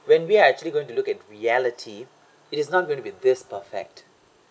when we're actually going to look at reality it is not going to be this perfect